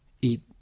eat